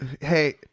Hey